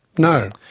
no.